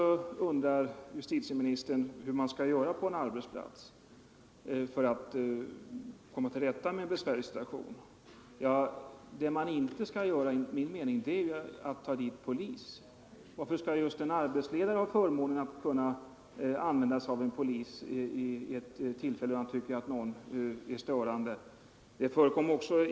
Sedan undrar justitieministern hur man skall göra på en arbetsplats för att komma till rätta med en besvärlig situation. Vad man enligt min mening inte skall göra är att ta dit polis. Varför skall just en arbetsledare ha förmånen att tillkalla polis då han tycker att någon uppträder störande.